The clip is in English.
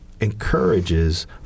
encourages